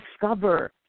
discover